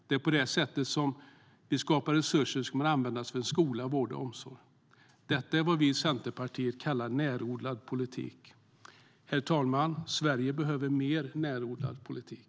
Det är på det sättet vi skapar resurser som kan användas till skola, vård och omsorg. Det är vad vi i Centerpartiet kallar närodlad politik. Herr talman! Sverige behöver mer närodlad politik.